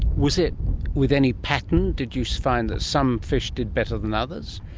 was it with any pattern? did you find that some fish did better than others?